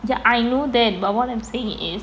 ya I know that but what I'm saying is